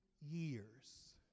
years